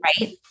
Right